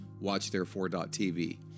watchtherefore.tv